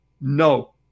no